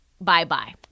Bye-bye